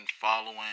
following